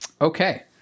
okay